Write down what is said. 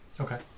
Okay